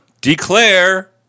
declare